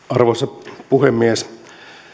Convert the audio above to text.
arvoisa puhemies